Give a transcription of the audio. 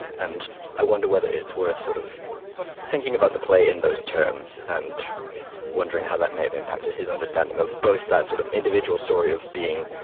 and i wonder whether it's worth sort of thinking about the play in those terms and wondering how that may have impacted his understanding of both that sort of individual story of being.